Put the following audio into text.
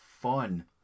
fun